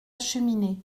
cheminée